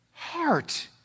Heart